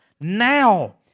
now